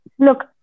Look